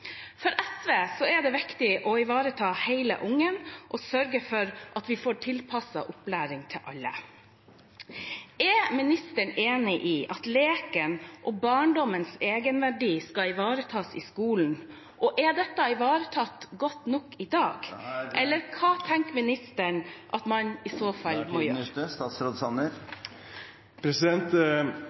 For SV er det viktig å ivareta hele ungen og sørge for at vi får tilpasset opplæring til alle. Er ministeren enig i at leken og barndommens egenverdi skal ivaretas i skolen, og er dette ivaretatt godt nok i dag? Eller hva tenker ministeren at man i så fall må